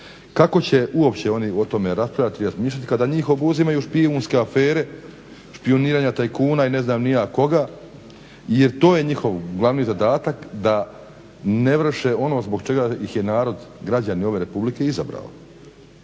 Kao će uopće oni o tome raspravljati i razmišljati kad njih obuzimaju špijunske afere, špijuniranja tajkuna i ne znam ni ja koga, jer to je njihov glavni zadatak da ne vrše ono zbog čega ih je narod građani ove Republike izabrali.